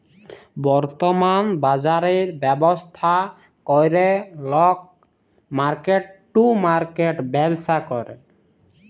বর্তমাল বাজরের ব্যবস্থা ক্যরে লক মার্কেট টু মার্কেট ব্যবসা ক্যরে